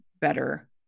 better